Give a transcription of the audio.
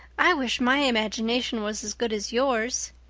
i wish my imagination was as good as yours.